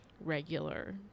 regular